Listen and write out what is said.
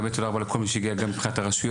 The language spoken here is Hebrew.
באמת תודה רבה לכל מי שהגיע, גם מבחינת הרשויות,